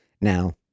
Now